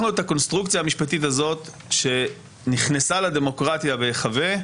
אנחנו את הקונסטרוקציה המשפטית הזאת שנכנסה לדמוקרטיה בהיחבא,